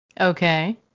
Okay